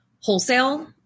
wholesale